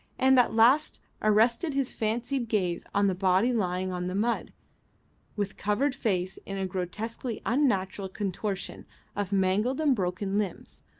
and at last arrested his fascinated gaze on the body lying on the mud with covered face in a grotesquely unnatural contortion of mangled and broken limbs,